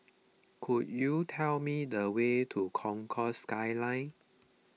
could you tell me the way to Concourse Skyline